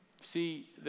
See